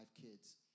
kids